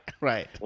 right